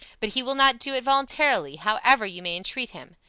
but he will not do it voluntarily, however you may entreat him.